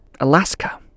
Alaska